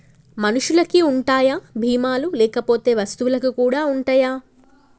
మనుషులకి ఉంటాయా బీమా లు లేకపోతే వస్తువులకు కూడా ఉంటయా?